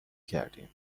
کردیم